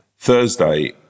Thursday